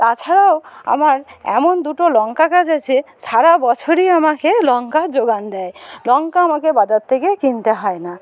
তাছাড়াও আমার এমন দুটো লঙ্কা গাছ আছে সারা বছরই আমাকে লঙ্কা জোগান দেয় লঙ্কা আমাকে বাজার থেকে কিনতে হয় না